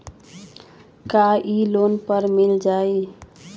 का इ लोन पर मिल जाइ?